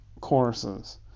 courses